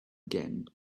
again